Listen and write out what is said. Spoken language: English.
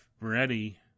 ready